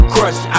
Crush